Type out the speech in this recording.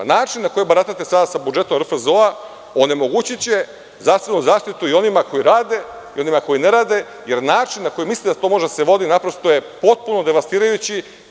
Način na koji baratate sa budžetom RFZO onemogućiće zdravstvenu zaštitu i onima koji rade i onima koji ne rade, jer način na koji mislite da to može da se vodi naprosto je potpuno devastirajući.